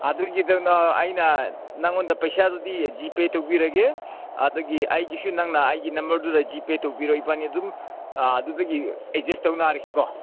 ꯑꯗꯨꯒꯤꯗꯅ ꯑꯩꯅ ꯅꯪꯉꯣꯟꯗ ꯄꯩꯁꯥꯗꯨꯗꯤ ꯖꯤꯄꯦ ꯇꯧꯕꯤꯔꯒꯦ ꯑꯗꯒꯤ ꯑꯩꯒꯤꯁꯨ ꯅꯪꯅ ꯑꯩꯒꯤ ꯅꯝꯕꯔꯗꯨꯗ ꯖꯤꯄꯦ ꯇꯧꯕꯤꯔꯣ ꯏꯕꯥꯟꯅꯤ ꯑꯗꯨꯝ ꯑꯗꯨꯗꯒꯤ ꯑꯦꯠꯖꯁ ꯇꯧꯅꯔꯁꯤ ꯀꯣ